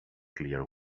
clear